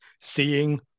seeing